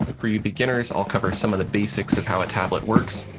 for you beginners, i'll cover some of the basics of how a tablet works.